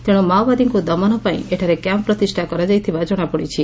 ତେଶୁ ମାଓବାଦୀଙ୍କୁ ଦମନ ପାଇଁ ଏଠାରେ କ୍ୟାମ୍ପ ପ୍ରତିଷା କରାଯାଇଥିବା ଜଶାପଡ଼ିଛି